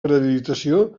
rehabilitació